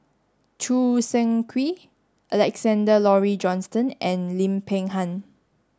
Choo Seng Quee Alexander Laurie Johnston and Lim Peng Han